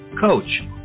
coach